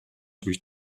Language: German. durch